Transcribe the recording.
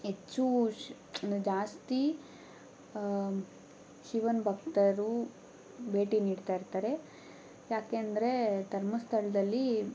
ಹೆಚ್ಚು ಶ ಅಂದ್ರೆ ಜಾಸ್ತಿ ಶಿವನ ಭಕ್ತರು ಭೇಟಿ ನೀಡ್ತಾ ಇರ್ತಾರೆ ಯಾಕೆ ಅಂದರೆ ಧರ್ಮಸ್ಥಳದಲ್ಲಿ